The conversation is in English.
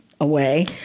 away